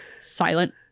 silent